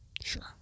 Sure